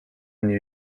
new